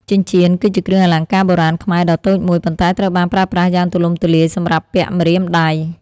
ចិញ្ចៀន គឺជាគ្រឿងអលង្ការបុរាណខ្មែរដ៏តូចមួយ ប៉ុន្តែត្រូវបានប្រើប្រាស់យ៉ាងទូលំទូលាយសម្រាប់ពាក់ ម្រាមដៃ។